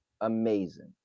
Amazing